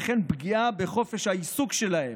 וכן פגיעה בחופש העיסוק שלהם,